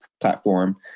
platform